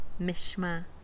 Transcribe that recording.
Mishma